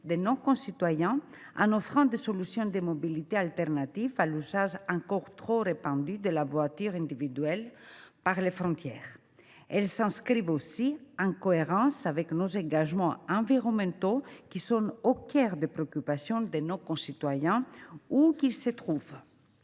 de nos concitoyens en offrant des solutions de mobilité alternatives à l’usage encore trop répandu de la voiture individuelle par les frontaliers. Elles s’inscrivent aussi en cohérence avec nos engagements environnementaux, qui sont au cœur des préoccupations de nos concitoyens où qu’ils se trouvent.